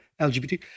LGBT